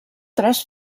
tres